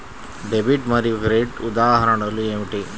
Debit మరియు credit ఉదాహరణలు ఏమిటీ?